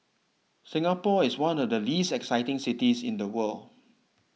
Singapore is one of the least exciting cities in the world